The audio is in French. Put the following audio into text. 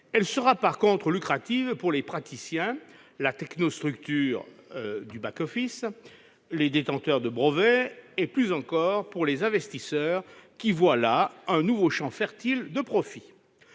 Elle sera en revanche lucrative pour les praticiens, pour la technostructure du back-office, pour les détenteurs de brevets et, plus encore, pour les investisseurs, qui voient là un nouveau champ fertile de profits.